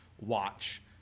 watch